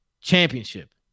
championship